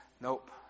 nope